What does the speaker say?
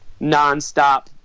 nonstop